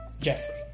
Jeffrey